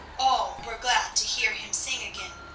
all were glad to hear him sing again,